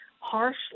Harsh